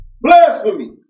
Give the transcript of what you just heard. blasphemy